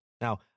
Now